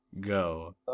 Go